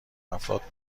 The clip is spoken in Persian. افراد